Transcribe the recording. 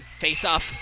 Face-off